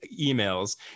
emails